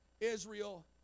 Israel